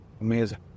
Amazing